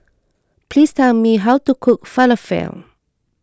please tell me how to cook Falafel